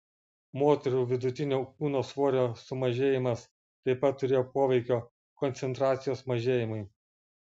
moterų vidutinio kūno svorio sumažėjimas taip pat turėjo poveikio koncentracijos mažėjimui